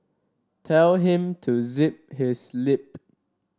tell him to zip his lip